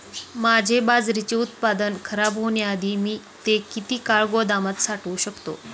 माझे बाजरीचे उत्पादन खराब होण्याआधी मी ते किती काळ गोदामात साठवू शकतो?